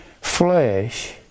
Flesh